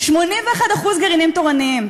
81% גרעינים תורניים.